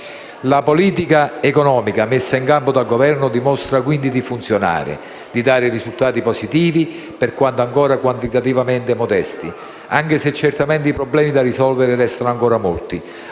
La politica economica messa in campo dal Governo dimostra quindi di funzionare e di dare risultati positivi, per quanto ancora quantitativamente modesti, anche se certamente i problemi da risolvere restano ancora molti,